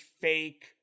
fake